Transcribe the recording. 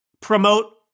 promote